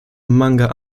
manga